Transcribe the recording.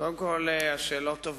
קודם כול, השאלות טובות.